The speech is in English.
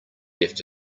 left